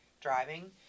driving